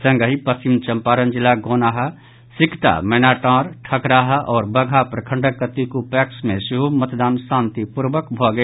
संगहि पश्चिम चंपारण जिलाक गौनाहा सिकटा मैनाटांड ठकराहा आओर बगहा प्रखंडक कतेको पैक्स मे सेहो मतदान शांतिपूर्वक भऽ गेल